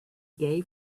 gay